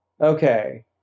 Okay